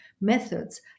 methods